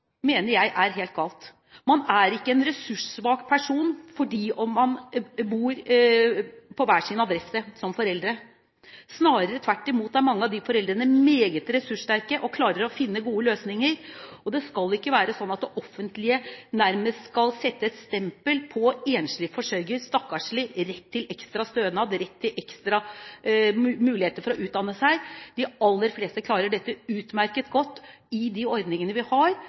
mener det er helt galt å stakkarsliggjøre og stigmatisere enslige mødre på den måten som SV gjør. Man er ikke en ressurssvak person fordi man som foreldre bor på hver sin adresse. Snarere tvert imot: Mange av disse foreldrene er meget ressurssterke og klarer å finne gode løsninger. Det skal ikke være slik at det offentlige nærmest skal sette et stempel på enslige forsørgere – «stakkarslig, rett til ekstra stønad, rett til ekstra muligheter til å utdanne seg». De aller fleste klarer dette utmerket godt innenfor de ordningene vi